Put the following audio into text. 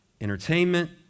entertainment